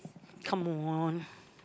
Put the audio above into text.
come on